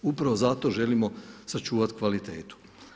Upravo zato želimo sačuvati kvalitetu.